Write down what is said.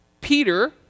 Peter